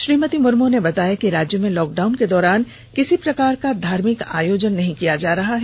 श्रीमती मुर्मू ने बताया कि राज्य में लॉकडाउन के दौरान किसी प्रकार का धार्मिक आयोजन नहीं हो रहा है